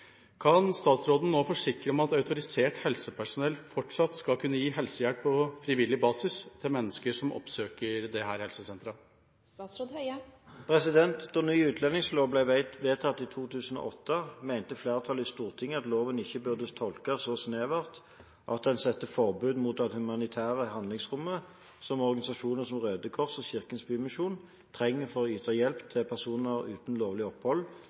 Kan statsråden forsikre om at autorisert helsepersonell fortsatt skal kunne gi helsehjelp på frivillig basis til mennesker som oppsøker helsesenteret?» Da ny utlendingslov ble vedtatt i 2008, mente flertallet i Stortinget at loven ikke burde tolkes så snevert at en setter forbud mot det humanitære handlingsrommet som organisasjoner som Røde Kors og Kirkens Bymisjon trenger for å yte hjelp til personer uten lovlig opphold,